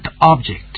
object